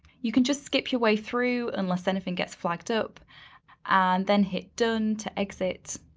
you can just skip your way through unless anything gets flagged up and then hit done to exit.